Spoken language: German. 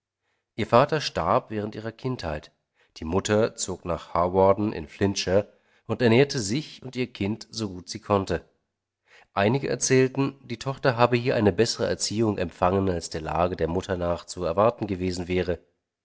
ihr vater starb während ihrer kindheit die mutter zog nach hawarden in flintshire und ernährte sich und ihr kind so gut sie konnte einige erzählen die tochter habe hier eine bessere erziehung empfangen als der lage der mutter nach zu erwarten gewesen wäre